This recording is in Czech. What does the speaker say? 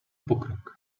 pokrok